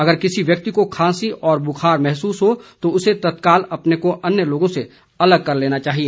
अगर किसी व्यक्ति को खांसी और बुखार महसूस हो तो उसे तत्काल अपने को अन्य लोगों से अलग कर लेना है